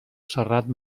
serrat